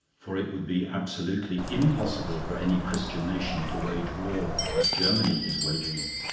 for it would be absolutely impossible for any christian nation to wage war as germany is waging it.